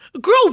girl